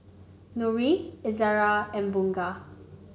Nurin Izzara and Bunga